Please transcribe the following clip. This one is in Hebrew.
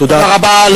תודה רבה.